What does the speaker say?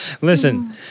Listen